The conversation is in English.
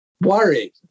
worried